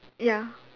ya